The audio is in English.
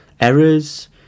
errors